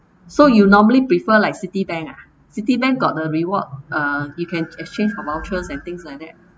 so you normally prefer like citibank ah citibank got the reward uh you can exchange for vouchers and things like that